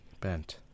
Bent